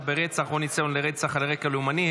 ברצח או ניסיון לרצח על רקע לאומני),